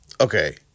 Okay